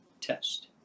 test